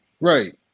right